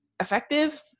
effective